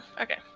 Okay